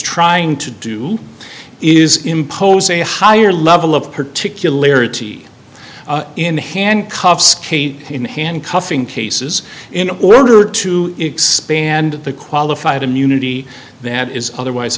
trying to do is impose a higher level of particularities in handcuffs skate in handcuffing cases in order to expand the qualified immunity that is otherwise